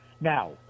Now